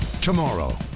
Tomorrow